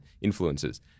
influences